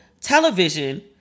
television